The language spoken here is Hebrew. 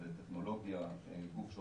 רגע, זו נעמה?